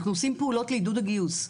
אנחנו עושים פעולות לעידוד הגיוס,